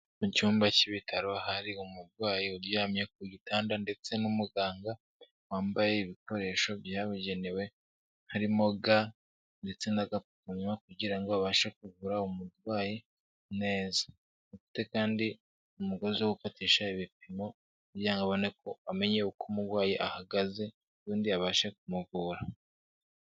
Mu cyumba cy'ibitaro hari umurwayi uryamye ku gitanda ndetse n'umuganga wambaye ibikoresho byabugenewe, harimo ga ndetse n'agapfukamunwa kugira ngo abashe kuvura umurwayi neza. Afite kandi umugozi wo gufatisha ibipimo kugira ngo amenye uko umurwayi ahagaze ubundi abashe kumuvura.